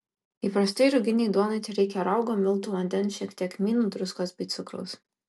įprastai ruginei duonai tereikia raugo miltų vandens šiek tiek kmynų druskos bei cukraus